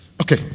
Okay